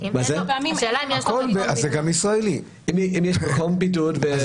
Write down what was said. אם יש לו מקום בידוד, אז